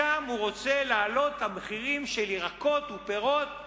שם הוא רוצה להעלות את המחירים של ירקות ופירות.